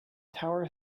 tower